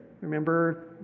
remember